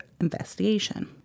investigation